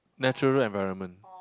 natural environment